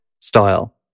style